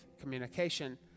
communication